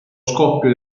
scoppio